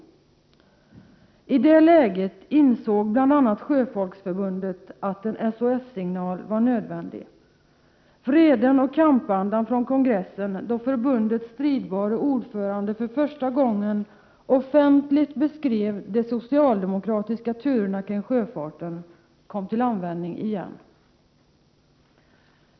I det läget insåg bl.a. Sjöfolksförbundet att en SOS-signal var nödvändig. Vreden och kampandan från kongressen, då förbundets stridbare ordförande för första gången offentligt beskrev de socialdemokratiska turerna kring sjöfarten, kom till användning igen.